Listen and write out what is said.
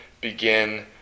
begin